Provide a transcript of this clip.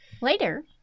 Later